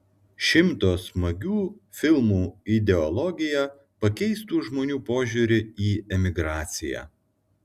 šimto smagių filmų ideologija pakeistų žmonių požiūrį į emigraciją